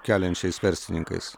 keliančiais verslininkais